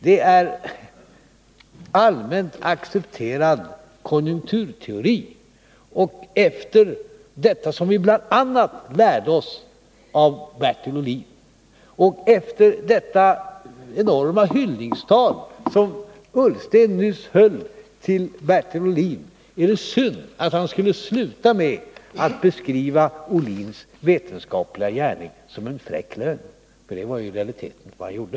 Det är allmänt accepterad konjunkturteori, som vi bl.a. lärde oss av Bertil Ohlin. Efter det enorma hyllningstal som Ola Ullsten höll till Bertil Ohlin. är det synd att han skulle sluta med att beskriva Ohlins vetenskapliga gärning som en fräck lögn. Det var nämligen vad Ola Ullsten i realiteten gjorde.